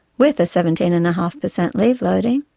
with a seventeen and a half per cent leave loading.